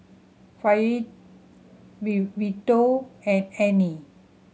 Fail V Vito and Annie